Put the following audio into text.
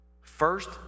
First